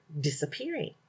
disappearing